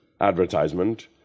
advertisement